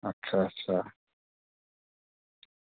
अच्छा अच्छा